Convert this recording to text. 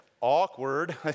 Awkward